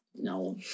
no